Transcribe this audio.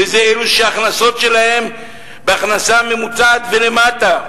וזה אלו שההכנסה שלהם היא הכנסה ממוצעת ומטה.